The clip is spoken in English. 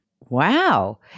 Wow